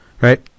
Right